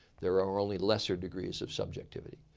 there are only lesser degrees of subjectivity.